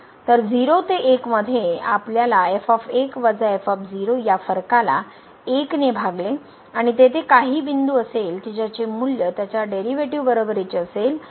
तर 0 ते 1 मध्ये आपल्याला या फरकाला 1 ने भागले आणि तेथे काही बिंदू असेल कि ज्याचे मूल्य त्याच्या डेरीवेटीव बरोबरीचे असेल